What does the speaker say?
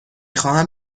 خواهم